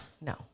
No